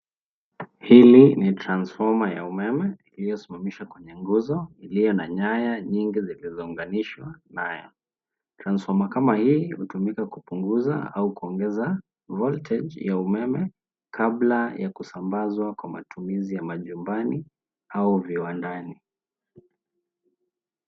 Hili ni [cs[transformer ya umeme iliyosimamishwa kwenye nguzo iliyo na nyaya nyingi zilizounganishwa nayo. Transformer kama hii hutumika kupunguza au kuongeza voltage ya umeme kabla ya kusambazwa kwa matumizi ya manyumbani au viwandani.